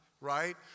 right